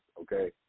Okay